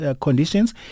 conditions